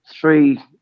three